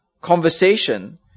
conversation